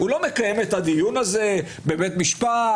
לא מקיים את הדיון הזה בבית משפט,